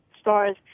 stars